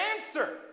answer